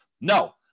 no